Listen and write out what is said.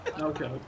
Okay